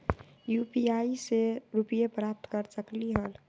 UPI से रुपए प्राप्त कर सकलीहल?